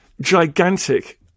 gigantic